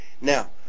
now